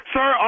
Sir